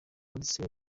uretse